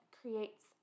creates